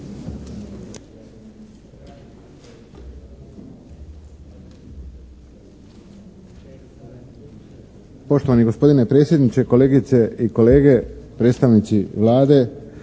Poštovani gospodine predsjedniče, kolegice i kolege, predstavnici Vlade.